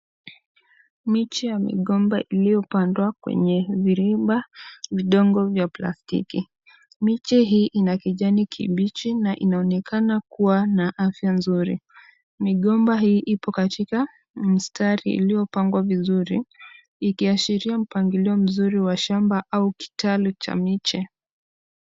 Miche ya migomba iliyopandwa kwenye viriba vidogo vya plastiki. Miche hii ina kijani kibichi na inaonekana kuwa na afya nzuri. Migomba hii iko katika mstari iliyopangwa vizuri, ikiashiria mpangilio mzuri wa shamba au kitalwe cha miche.